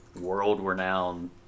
world-renowned